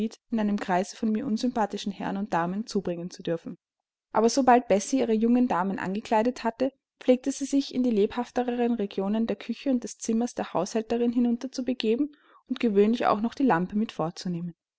in einem kreise von mir unsympathischen herren und damen zubringen zu dürfen aber sobald bessie ihre jungen damen angekleidet hatte pflegte sie sich in die lebhafteren regionen der küche und des zimmers der haushälterin hinunter zu begeben und gewöhnlich auch noch die lampe mit